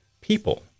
people